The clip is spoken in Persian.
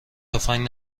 تفنگ